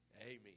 Amen